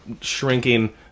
shrinking